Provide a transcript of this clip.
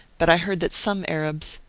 but i heard that some arabs,